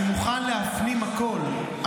אני מוכן להפנים הכול,